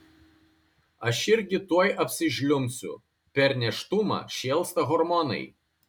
aš irgi tuoj apsižliumbsiu per nėštumą šėlsta hormonai